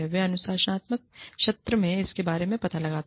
वे अनुशासनात्मक सत्र में इसके बारे में पता लगाते हैं